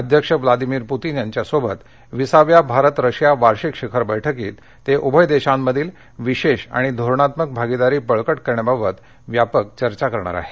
अध्यक्ष Vladimir Putin यांच्यासोबत विसाव्या भारत रशिया वार्षिक शिखर बैठकीत ते उभय देशांमधील विशेष आणि धोरणात्मक भागिदारी बळकट करण्याबाबत व्यापक चर्चा करणार आहेत